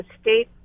state